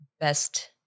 best